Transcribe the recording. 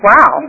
Wow